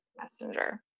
Messenger